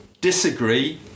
Disagree